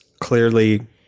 clearly